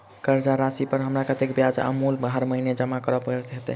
कर्जा राशि पर हमरा कत्तेक ब्याज आ मूल हर महीने जमा करऽ कऽ हेतै?